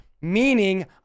meaning